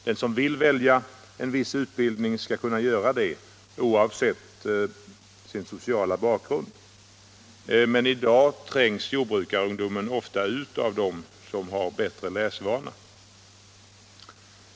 Den som vill välja en viss utbildning skall kunna göra det oavsett sin sociala bakgrund. Men i dag trängs jordbrukarungdomarna ofta ut av dem som har bättre läsvana.